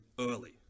early